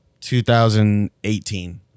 2018